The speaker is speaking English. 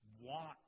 want